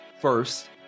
First